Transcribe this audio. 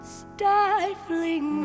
stifling